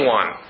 one